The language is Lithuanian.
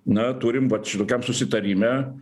na turim vat šitokiam susitarime